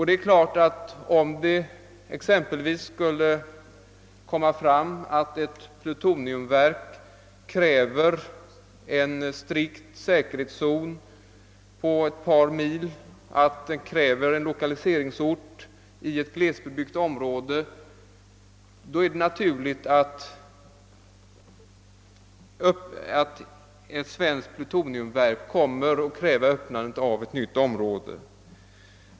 Det är naturligt att ett svenskt plutoniumverk kräver öppnandet av ett nytt område, om det skulle visa sig att plutoniumverket absolut behöver en säkerhetszon på ett par mil, så att det måste bli fråga om lokalisering till ett glesbebyggt område.